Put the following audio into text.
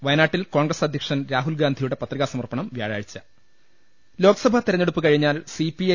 വയനാട്ടിൽ കോൺഗ്രസ് അധ്യക്ഷൻ രാഹുൽഗാന്ധിയുടെ പത്രികാസമർപ്പണം വൃാഴാഴ്ച ലോക്സഭാ തെരഞ്ഞെടുപ്പു കഴിഞ്ഞാൽ സി പി ഐ